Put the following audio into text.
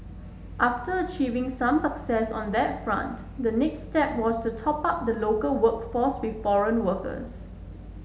after achieving some success on that front the next step was to top up the local workforce with foreign workers